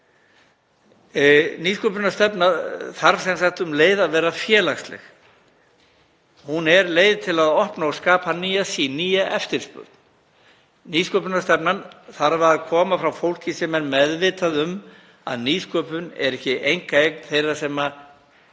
Nýsköpunarstefna þarf sem sagt um leið að vera félagsleg. Hún er leið til að opna og skapa nýja sýn, nýja eftirspurn. Nýsköpunarstefnan þarf að koma frá fólki sem er meðvitað um að nýsköpun er ekki einkaeign þeirra sem